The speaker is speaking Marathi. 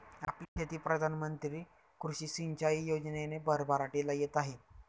आपली शेती प्रधान मंत्री कृषी सिंचाई योजनेने भरभराटीला येत आहे